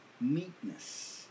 meekness